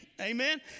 amen